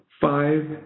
five